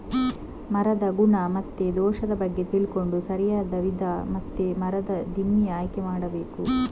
ಮರದ ಗುಣ ಮತ್ತೆ ದೋಷದ ಬಗ್ಗೆ ತಿಳ್ಕೊಂಡು ಸರಿಯಾದ ವಿಧ ಮತ್ತೆ ಮರದ ದಿಮ್ಮಿ ಆಯ್ಕೆ ಮಾಡಬೇಕು